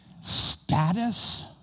status